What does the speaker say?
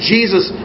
Jesus